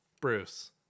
Bruce